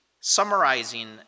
summarizing